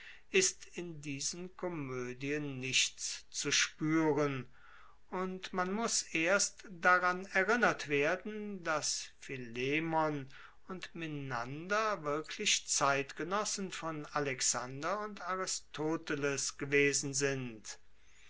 ist in diesen komoedien nichts zu spueren und man muss erst daran erinnert werden dass philemon und menander wirklich zeitgenossen von alexander und aristoteles gewesen sind